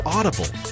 Audible